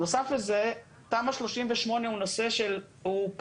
נוסף לזה, תמ"א 38 הוא פרויקט